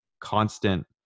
constant